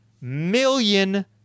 million